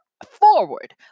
Forward